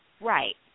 Right